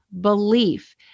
belief